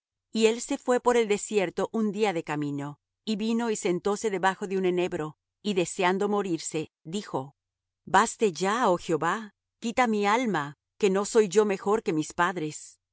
y él se fué por el desierto un día de camino y vino y sentóse debajo de un enebro y deseando morirse dijo baste ya oh jehová quita mi alma que no soy yo mejor que mis padres